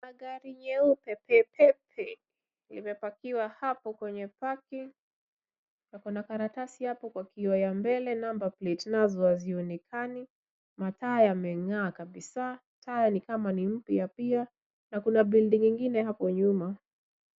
Magari meupe pepepe yamepakiwa hapo kwenye paki na kuna karatasi hapo kwa kioo ya mbele, number plate nazo hazionekani, mataa yameeng'aa kabisaa, inakaa nikama ni mpya pia na kuna building ingine hapo nyuma.